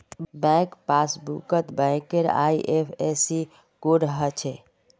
bank पासबुकत बैंकेर IFSC code हछे